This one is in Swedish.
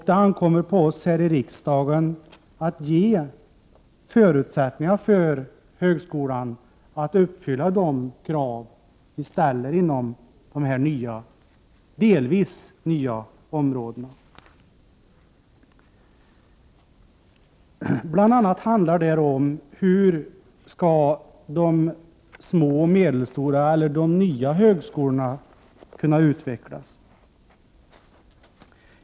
Det ankommer på oss här i riksdagen att se till att högskolan har förutsättningar att uppfylla de krav som ställs på de aktuella och delvis nya områdena. Det handlar bl.a. om hur de nya högskolorna skall kunna utvecklas.